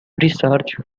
research